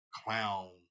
clown